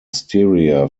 styria